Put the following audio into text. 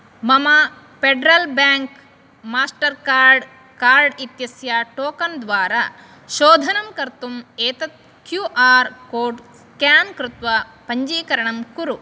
मम Federal Bank Mastercard card इत्यस्य token द्वारा शोधनं कर्तुम् एतत् क्यू आर् कोड् स्केन् कृत्वा पञ्जीकरणं कुरु